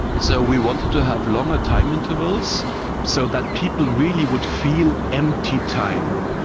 so we wanted to have longer time intervals so that people really would feel empty time.